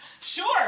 sure